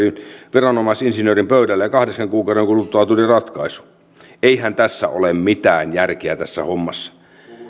viranomais insinöörin pöydällä ja kahdeksan kuukauden kuluttua tuli ratkaisu eihän tässä ole mitään järkeä tässä hommassa